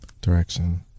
direction